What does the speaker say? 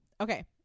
Okay